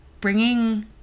bringing